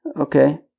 Okay